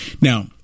Now